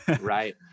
right